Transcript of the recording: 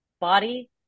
body